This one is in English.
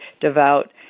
devout